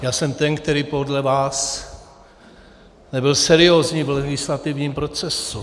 Já jsem ten, který podle vás nebyl seriózní v legislativním procesu.